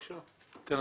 כן,